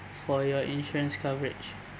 for your insurance coverage